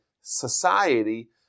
society